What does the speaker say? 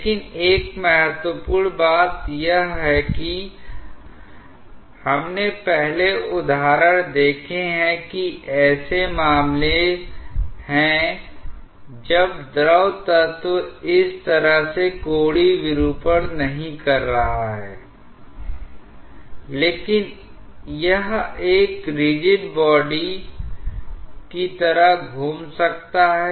लेकिन एक महत्वपूर्ण बात यह है कि हमने पहले उदाहरण देखे हैं कि ऐसे मामले हैं जब द्रव तत्व इस तरह से कोणीय विरूपण नहीं कर रहा है लेकिन यह एक रिजिड बॉडी की तरह घूम सकता है